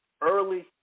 early